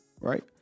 right